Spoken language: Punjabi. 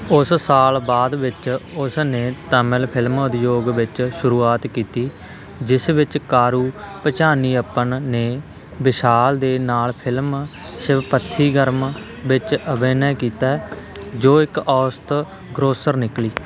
ਉਸ ਸਾਲ ਬਾਅਦ ਵਿੱਚ ਉਸ ਨੇ ਤਮਿਲ ਫਿਲਮ ਉਦਯੋਗ ਵਿੱਚ ਸ਼ੁਰੂਆਤ ਕੀਤੀ ਜਿਸ ਵਿੱਚ ਕਾਰੂ ਪਝਾਨੀਅੱਪਨ ਨੇ ਵਿਸ਼ਾਲ ਦੇ ਨਾਲ ਫਿਲਮ ਸ਼ਿਵਪੱਥੀਗਰਮ ਵਿੱਚ ਅਭਿਨੈ ਕੀਤਾ ਜੋ ਇੱਕ ਔਸਤ ਗ੍ਰੋਸਰ ਨਿਕਲੀ